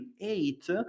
eight